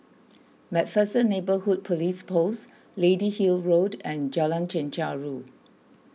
MacPherson Neighbourhood Police Post Lady Hill Road and Lorong Chencharu